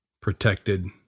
protected